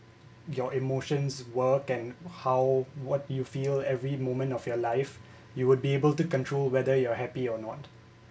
your emotions work and how would you feel every moment of your life you would be able to control whether you're happy or not